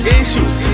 issues